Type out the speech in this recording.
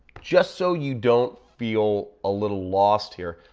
just so you don't feel a little lost here,